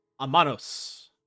Amanos